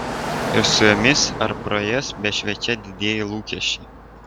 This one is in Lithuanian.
ir su jomis ar pro jas bešviečią didieji lūkesčiai